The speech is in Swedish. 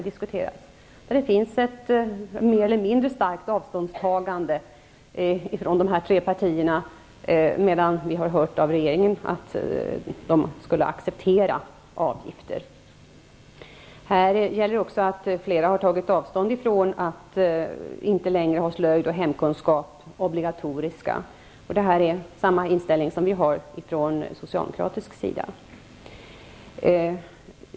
Där finns ett mer eller mindre starkt avståndstagande från dessa partier, medan vi har hört att regeringen skulle acceptera avgifter. Flera har tagit avstånd från att slöjd och hemkunskap inte längre skulle vara obligatoriska. Den inställningen har vi också från socialdemokratisk sida.